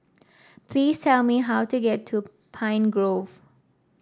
please tell me how to get to Pine Grove